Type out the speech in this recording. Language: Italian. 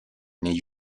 negli